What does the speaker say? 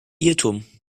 irrtum